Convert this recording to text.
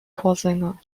chorsänger